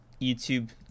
YouTube